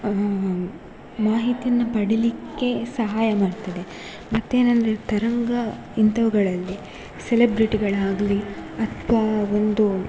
ಮಾಹಿತಿಯನ್ನು ಪಡಿಲಿಕ್ಕೆ ಸಹಾಯ ಮಾಡ್ತದೆ ಮತ್ತೇನಂದರೆ ತರಂಗ ಇಂಥವುಗಳಲ್ಲಿ ಸೆಲೆಬ್ರಿಟಿಗಳಾಗಲೀ ಅಥ್ವಾ ಒಂದು